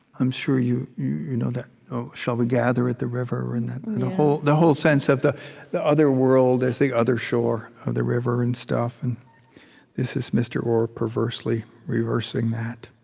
i'm sure you you know that shall we gather at the river, the whole the whole sense of the the other world as the other shore of the river and stuff. and this is mr. orr perversely reversing that